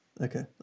Okay